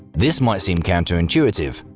this might seem counterintuitive,